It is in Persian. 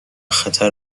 خطر